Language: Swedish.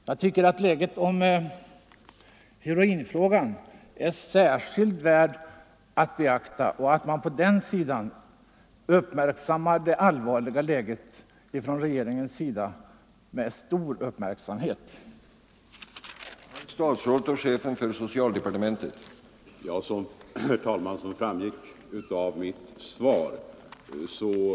Jag anser därför att heroinfrågan är värd särskild uppmärksamhet och förutsätter att man från regeringens sida följer utvecklingen med stor uppmärksamhet, ty läget är allvarligt.